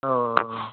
औ